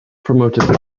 promoted